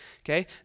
okay